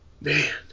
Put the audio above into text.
Man